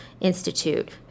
Institute